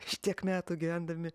šitiek metų gyvendami